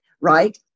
right